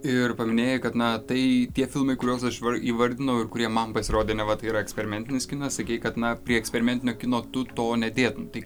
ir paminėjai kad na tai tie filmai kuriuos aš įvardinau ir kurie man pasirodė neva tai yra eksperimentinis kinas sakei kad na prie eksperimentinio kino tu to nedėtum tai